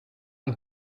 und